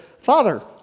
Father